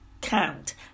count